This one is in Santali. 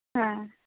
ᱦᱮᱸ